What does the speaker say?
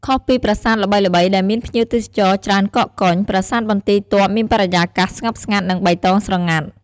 ខុសពីប្រាសាទល្បីៗដែលមានភ្ញៀវទេសចរច្រើនកកកុញ ប្រាសាទបន្ទាយទ័ពមានបរិយាកាសស្ងប់ស្ងាត់ និងបៃតងស្រងាត់។